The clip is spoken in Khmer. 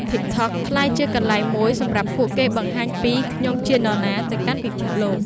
TikTok ក្លាយជាកន្លែងមួយសម្រាប់ពួកគេបង្ហាញពី "ខ្ញុំជានរណា" ទៅកាន់ពិភពលោក។